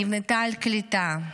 נבנתה על קליטה,